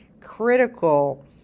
critical